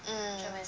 mm